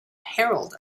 herald